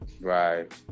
right